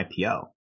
IPO